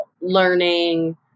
learning